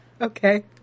Okay